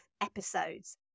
episodes